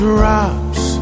Drops